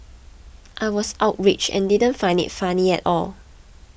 I was outraged and didn't find it funny at all